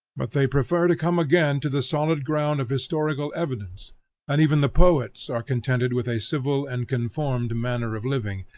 but they prefer to come again to the solid ground of historical evidence and even the poets are contented with a civil and conformed manner of living,